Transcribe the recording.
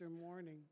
morning